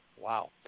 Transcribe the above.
Wow